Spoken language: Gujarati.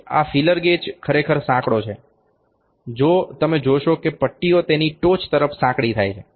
તેથી આ ફીલર ગેજ ખરેખર સાંકડો છે જો તમે જોશો કે પટ્ટીઓ તેની ટોચ તરફ સાંકડી થાય છે